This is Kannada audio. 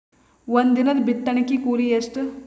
ಒಂದಿನದ ಬಿತ್ತಣಕಿ ಕೂಲಿ ಎಷ್ಟ?